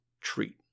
treat